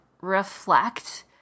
reflect